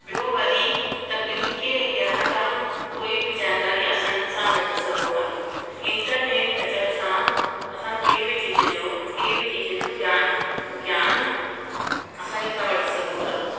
ॿियो वरी तकनीकीअ जे ज्ञान का कोई बि जानकारी आसान सां वठी सघूं था इंटरनेट अचण सां असां के बि चीज जे के बि चीज जो ज्ञान ज्ञान आसानी सां वठी सघूं था